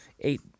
eight